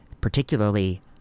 particularly